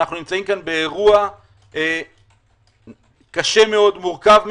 אנחנו נמצאים כאן באירוע קשה מאוד, מורכב מאוד,